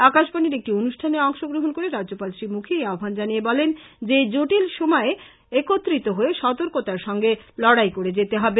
আকাশবাণির একটি অনুষ্ঠানে অংশ গ্রহন করে রাজ্যপাল শ্রী মুখী এই আহবান জানিয়ে বলেন যে এই জটিল সময়ে একত্রিত হয়ে সতর্কতার সঙ্গেহ লড়াই করে যেতে হবে